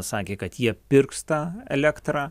sakė kad jie pirks tą elektrą